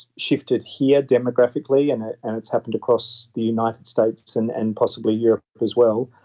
shifted here demographically and ah and it's happened across the united states and and possibly europe as well,